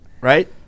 Right